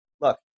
look